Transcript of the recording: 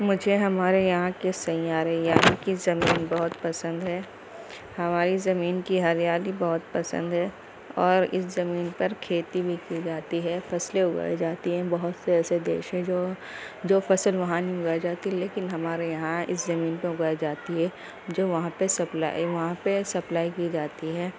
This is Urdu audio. مجھے ہمارے یہاں کے سیارے یعنی کہ زمین بہت پسند ہے ہماری زمین کی ہریالی بہت پسند ہے اور اس زمین پر کھیتی بھی کی جاتی ہے فصلیں اگائی جاتی ہیں بہت سے ایسے دیش ہیں جو جو فصل وہاں نہیں اگائی جاتی لیکن ہمارے یہاں اس زمین پہ اگائی جاتی ہے جو وہاں پہ سپلائی وہاں پہ سپلائی کی جاتی ہے